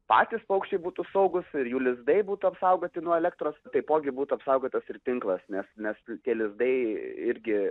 patys paukščiai būtų saugus ir jų lizdai būtų apsaugoti nuo elektros taipogi būtų apsaugotas ir tinklas nes mes tie lizdai irgi